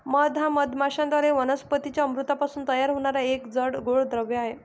मध हा मधमाश्यांद्वारे वनस्पतीं च्या अमृतापासून तयार होणारा एक जाड, गोड द्रव आहे